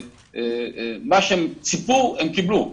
מה שהם ציפוי, הם קיבלו.